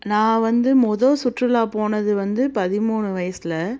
நான் வந்து மொதல் சுற்றுலாப் போனது வந்து பதிமூணு வயசில்